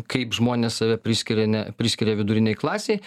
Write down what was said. kaip žmonės save priskiria ne priskiria vidurinei klasei